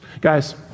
Guys